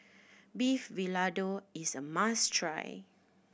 Beef Vindaloo is a must try